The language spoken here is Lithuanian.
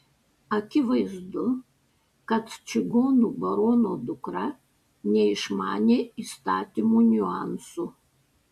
akivaizdu kad čigonų barono dukra neišmanė įstatymų niuansų